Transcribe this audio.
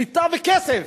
שליטה וכסף.